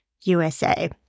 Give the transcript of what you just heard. USA